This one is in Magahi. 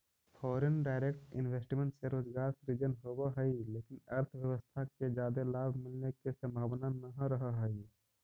फॉरेन डायरेक्ट इन्वेस्टमेंट से रोजगार सृजन होवऽ हई लेकिन अर्थव्यवस्था के जादे लाभ मिलने के संभावना नह रहऽ हई